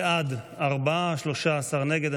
בעד, ארבעה, 13 נגד.